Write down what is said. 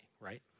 right